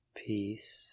peace